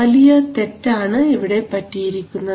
വലിയ തെറ്റാണ് ഇവിടെ പറ്റിയിരിക്കുന്നത്